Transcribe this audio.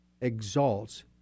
Exalts